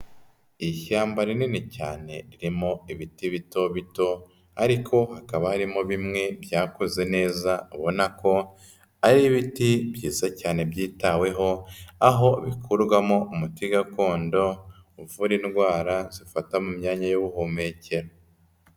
Ishyamba rinini cyane ririmo ibiti bito bito ariko hakaba harimo bimwe byakuze neza, ubona ko ari ibiti byisa cyane byitaweho, aho bikurwamo umuti gakondo uvura indwara zifata mu myanya y'ubuhumekero.